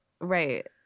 right